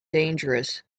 dangerous